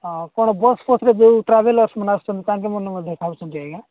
ହଁ କ'ଣ ବସ୍ ଫସରେ ଯେଉଁ ଟ୍ରାଭେଲର୍ସ ମାନେ ଆସୁଛନ୍ତି ତାଙ୍କେମାନେ ମଧ୍ୟ ଖାଉଛନ୍ତି ଆଜ୍ଞା